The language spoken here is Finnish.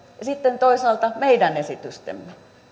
ja toisaalta meidän esitystemme